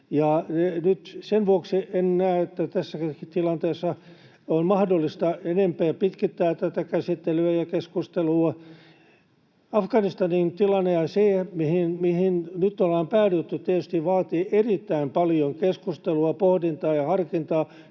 sen vuoksi en näe, että tässäkään tilanteessa on mahdollista enempää pitkittää tätä käsittelyä ja keskustelua. Afganistanin tilanne on se, mihin nyt ollaan päädytty. Se tietysti vaatii erittäin paljon keskustelua, pohdintaa ja harkintaa,